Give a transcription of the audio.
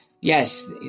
Yes